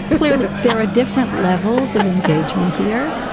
clearly, there are different levels of engagement here.